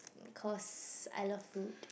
cause I love food